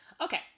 Okay